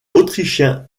autrichien